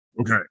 okay